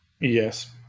Yes